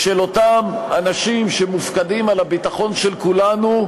אותם אנשים שמופקדים על הביטחון של כולנו,